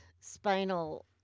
spinal